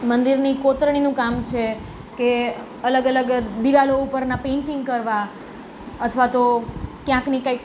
મંદિરની કોતરણીનું કામ છે કે અલગ અલગ દીવાલો ઉપરના પેંટિંગ કરવા અથવા તો ક્યાંકને કંઇક